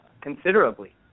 considerably